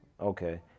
Okay